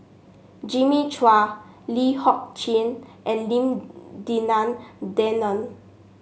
Jimmy Chua Lee Kong Chian and Lim Denan Denon